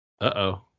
uh-oh